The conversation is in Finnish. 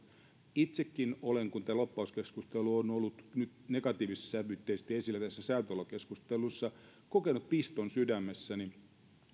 itsekin olen kun tämä lobbauskeskustelu on ollut nyt negatiivissävytteisesti esillä tässä säätytalo keskustelussa kokenut piston sydämessäni